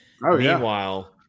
Meanwhile